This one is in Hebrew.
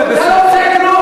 חצוף.